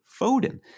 Foden